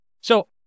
So-